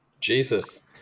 Jesus